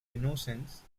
innocence